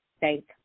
Thank